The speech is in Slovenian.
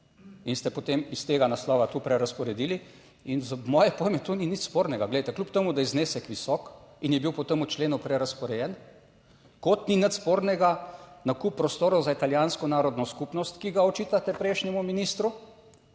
in ste potem iz tega naslova to prerazporedili in za moje pojme to ni nič spornega, glejte, kljub temu, da je znesek visok in je bil potem v členu prerazporejen, kot ni nič spornega nakup prostorov za italijansko narodno skupnost, ki ga očitate prejšnjemu ministru,